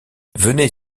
venez